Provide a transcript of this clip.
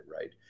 right